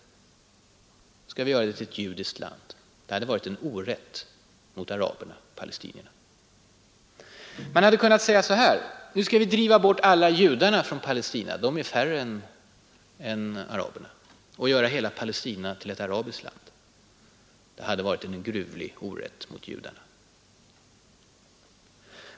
Nu skall vi göra det till ett judiskt land. Det hade varit en orätt mot palestinierna. Man hade kunnat säga: Nu skall vi driva bort alla judarna från Palestina — de är färre än araberna — och göra hela Palestina till ett arabiskt land. Det hade varit en gruvlig orätt mot judarna.